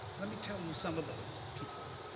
let me tell you some of those people.